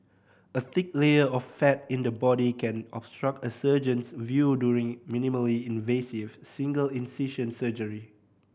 a thick layer of fat in the body can obstruct a surgeon's view during minimally invasive single incision surgery